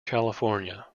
california